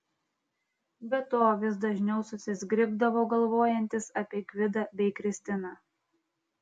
be to vis dažniau susizgribdavo galvojantis apie gvidą bei kristiną